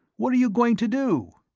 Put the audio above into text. what are you going to do?